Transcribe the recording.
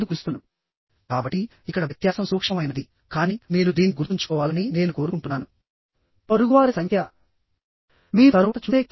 ఎందుకంటే ఇక్కడ వివిధ రకాలైన లోడ్స్ ఉంటాయి